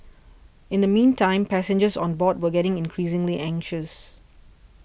in the meantime passengers on board were getting increasingly anxious